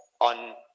on